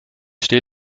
steht